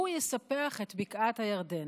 הוא יספח את בקעת הירדן.